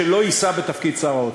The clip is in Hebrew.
שלא יישא בתפקיד שר האוצר.